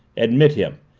admit him.